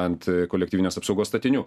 ant kolektyvinės apsaugos statinių